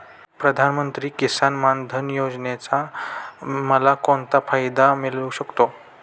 प्रधानमंत्री किसान मान धन योजनेचा मला कोणता फायदा मिळू शकतो?